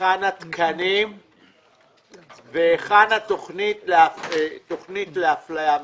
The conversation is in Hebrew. היכן התקנים והיכן התוכנית לאפליה מתקנת.